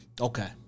Okay